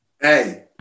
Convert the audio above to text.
Hey